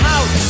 Out